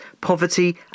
poverty